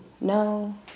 no